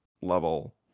level